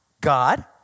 God